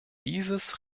dieses